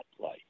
play